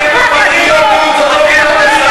אפשר להיות ציוני ופטריוטי,